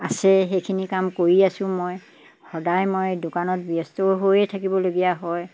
আছে সেইখিনি কাম কৰি আছোঁ মই সদায় মই দোকানত ব্যস্ত হৈয়ে থাকিবলগীয়া হয়